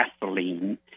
gasoline